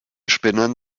spinnern